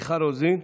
מיכל רוזין?